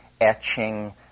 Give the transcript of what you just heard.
etching